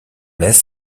less